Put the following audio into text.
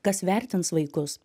kas vertins vaikus